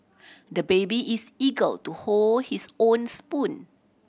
the baby is eagle to hold his own spoon